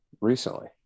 Recently